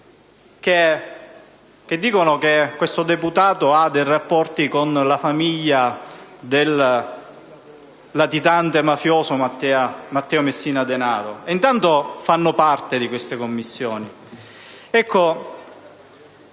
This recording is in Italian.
che parlano chiaro, si dice che abbia rapporti con la famiglia del latitante mafioso Matteo Messina Denaro. E intanto fanno parte di queste Commissioni.